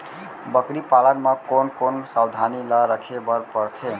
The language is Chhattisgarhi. बकरी पालन म कोन कोन सावधानी ल रखे बर पढ़थे?